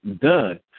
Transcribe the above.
done